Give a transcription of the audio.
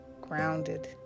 grounded